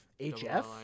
HF